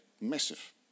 massive